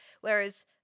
Whereas